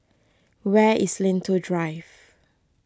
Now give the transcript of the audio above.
where is Lentor Drive